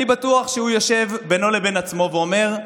אני בטוח שהוא יושב בינו לבין עצמו ואומר: